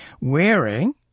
wearing